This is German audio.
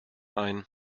ein